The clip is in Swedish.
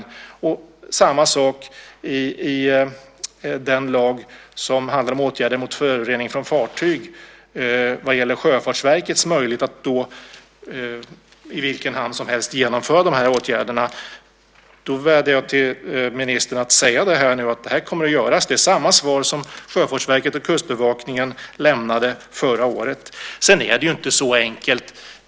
Detsamma föreslås i den lag som handlar om åtgärder mot förorening från fartyg vad gäller Sjöfartsverkets möjlighet att i vilken hamn som helst genomföra dessa åtgärder. Jag vädjar till ministern att säga att detta nu kommer att göras. Det är samma svar som Sjöfartsverket och Kustbevakningen lämnade förra året. Sedan är det ju inte så enkelt.